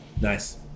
Nice